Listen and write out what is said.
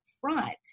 front